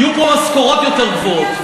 יהיו פה משכורות יותר גבוהות,